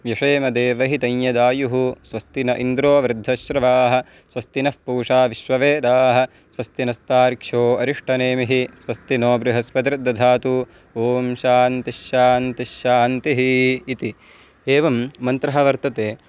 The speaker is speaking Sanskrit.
व्यषेमदेव हितैंय्यदायुः स्वस्ति न इन्द्रो वृद्धश्रवाः स्वस्ति नः पूषा विश्ववेदाः स्वस्ति नस्तार्क्ष्यो अरिष्ठनेमिः स्वस्ति नो बृहस्पतिर्दधातु ओं शान्तिश्शान्तिश्शान्तिः इति एवं मन्त्रः वर्तते